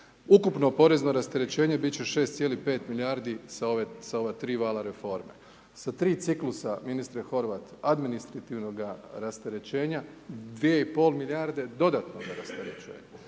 Ukopno porezno rasterećenje biti će 6,5 milijardi sa ova 3 vala reforme, sa 3 ciklusa, ministre Horvat, administrativnoga rasterećenja, 2,5 milijarde dodatnoga rasterećenja.